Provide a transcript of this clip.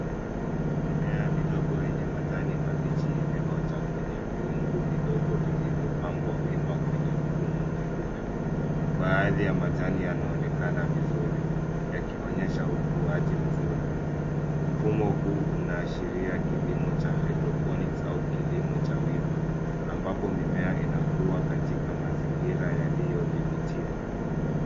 Mimea midogo yenye majani mabichi imeota kwenye vyungu vidogo vilivyo pangwa wima kwenye mfuko mweupe. Baadhi ya majani yanaonekana vizuri yakionyesha ukuwaji mzuri. Mfumo huu unaashiria ukulima cha hydroponics au kilimo cha wima, ambapo mimea inakua katika mazingira yaliyodhibitiwa.